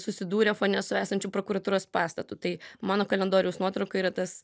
susidūrę fone su esančiu prokuratūros pastatu tai mano kalendoriaus nuotrauka yra tas